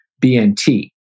BNT